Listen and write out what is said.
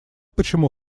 почему